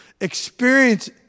experience